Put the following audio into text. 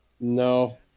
no